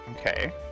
Okay